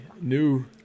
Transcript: New